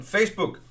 Facebook